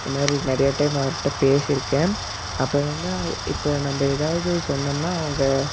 இந்த மாதிரி நிறைய டைம் அவர்கிட்ட பேசியிருக்கேன் அப்புறம் வந்து இப்போ நம்ம ஏதாவது சொன்னோம்னால் அவங்க